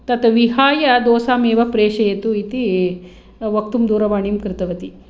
तत् विहाय दोसामेव प्रेषयतु इति वक्तुं दूरवाणीं कृतवती